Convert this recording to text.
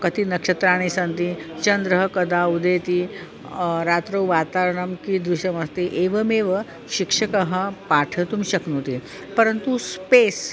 कति नक्षत्राणि सन्ति चन्द्रः कदा उदेति रात्रौ वातावरणं कीदृशमस्ति एवमेव शिक्षकः पाठयितुं शक्नोति परन्तु स्पेस्